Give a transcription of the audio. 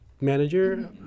manager